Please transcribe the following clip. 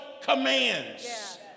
commands